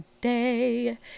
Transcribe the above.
day